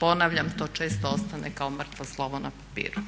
ponavljam, to često ostane kao mrtvo slovo na papiru.